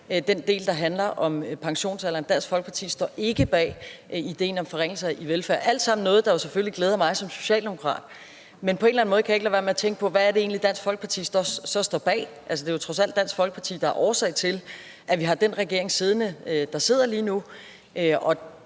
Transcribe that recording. den del, der handler om pensionsalderen. Dansk Folkeparti står ikke bag ideen om forringelser i velfærden. Det er altså noget, der selvfølgelig glæder mig som socialdemokrat. Men på en eller anden måde kan jeg ikke lade være med tænke på, hvad det egentlig er, Dansk Folkeparti så står bag. Altså, det er trods alt Dansk Folkeparti, der er årsag til, at vi har den regering siddende, der sidder lige nu.